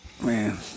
man